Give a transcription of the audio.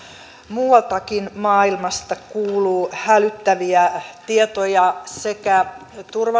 muualtakin maailmasta kuuluu hälyttäviä tietoja sekä